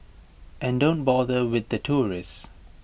and don't bother with the tourists